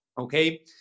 Okay